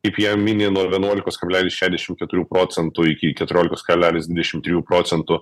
kaip ją mini nuo vienuolikos kablelis šešiasdešim keturių procentų iki keturiolikos kablelis dvidešim trijų procentų